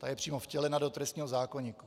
Ta je přímo vtělena do trestního zákoníku.